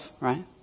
right